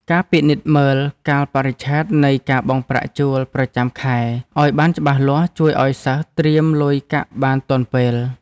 ការពិនិត្យមើលកាលបរិច្ឆេទនៃការបង់ប្រាក់ជួលប្រចាំខែឱ្យបានច្បាស់លាស់ជួយឱ្យសិស្សត្រៀមលុយកាក់បានទាន់ពេល។